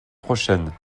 prochaine